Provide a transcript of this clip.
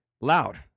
loud